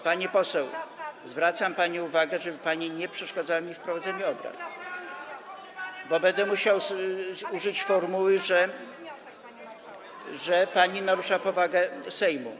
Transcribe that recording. Pani poseł, zwracam pani uwagę, żeby pani nie przeszkadzała mi w prowadzeniu obrad, bo będę musiał użyć formuły, że narusza pani powagę Sejmu.